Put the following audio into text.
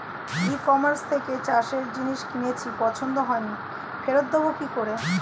ই কমার্সের থেকে চাষের জিনিস কিনেছি পছন্দ হয়নি ফেরত দেব কী করে?